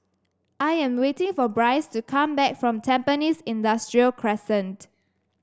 I am waiting for Bryce to come back from Tampines Industrial Crescent